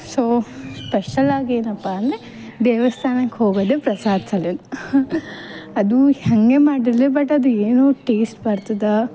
so ಸ್ಪೆಷಲ್ಲಾಗಿ ಏನಪ್ಪ ಅಂದರೆ ದೇವಸ್ಥಾನಕ್ ಹೋಗೋದೆ ಪ್ರಸಾದ ಸಲನ ಅದು ಹೆಂಗೆ ಮಾಡಿರಲಿ ಬಟ್ ಅದು ಏನೋ ಟೇಸ್ಟ್ ಬರ್ತದ